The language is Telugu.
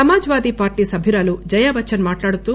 సమాజ్ వాదీ పార్లీ సభ్యురాలు జయాబచ్చన్ మాట్లాడుతూ